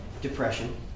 depression